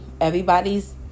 Everybody's